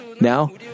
Now